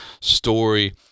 story